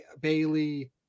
bailey